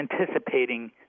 anticipating